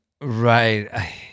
Right